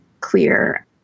clear